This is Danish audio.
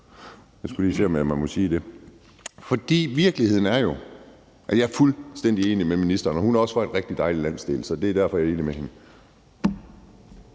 Jeg skulle lige se, om jeg måtte sige det. Virkeligheden er jo, at jeg er fuldstændig enig med ministeren, og hun er også fra en rigtig dejlig landsdel, så det we derfor, jeg er enig med hende.